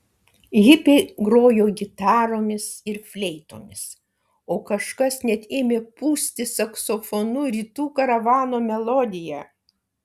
hipiai grojo gitaromis ir fleitomis o kažkas net ėmė pūsti saksofonu rytų karavano melodiją